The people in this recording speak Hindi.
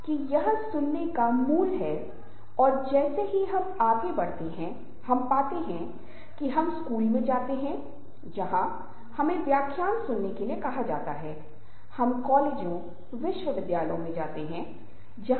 इसलिए मैं कुछ स्लाइड दिखाना चाहूंगा और फिर आगे बताऊंगा